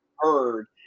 heard